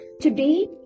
today